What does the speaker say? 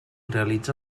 realitza